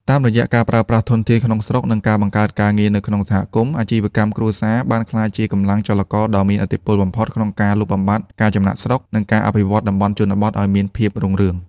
តាមរយៈការប្រើប្រាស់ធនធានក្នុងស្រុក និងការបង្កើតការងារនៅក្នុងសហគមន៍ អាជីវកម្មគ្រួសារបានក្លាយជាកម្លាំងចលករដ៏មានឥទ្ធិពលបំផុតក្នុងការលុបបំបាត់ការចំណាកស្រុក និងការអភិវឌ្ឍតំបន់ជនបទឱ្យមានភាពរុងរឿង។